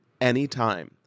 anytime